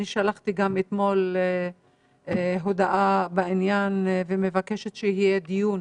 שלחתי אתמול הודעה בעניין ואני מבקשת שיתקיים דיון